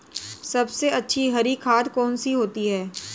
सबसे अच्छी हरी खाद कौन सी होती है?